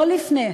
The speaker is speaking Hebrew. לא לפני,